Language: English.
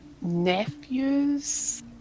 nephews